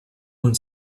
one